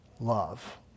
Love